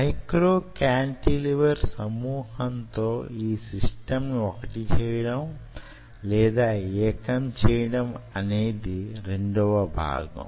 micro cantilever సమూహంతో యీ system ని వొకటి చేయడం లేదా యేకం చేయడం అనేది రెండవ భాగం